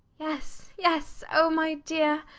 yes, yes. oh, my dear,